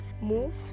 move